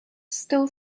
still